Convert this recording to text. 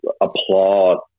applaud